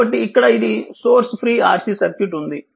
కాబట్టి ఇక్కడ ఇది సోర్స్ ఫ్రీ RC సర్క్యూట్ ఉంది